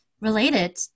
related